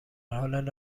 حال